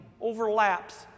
overlaps